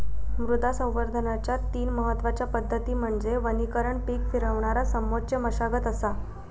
मृदा संवर्धनाच्या तीन महत्वच्या पद्धती म्हणजे वनीकरण पीक फिरवणा समोच्च मशागत असा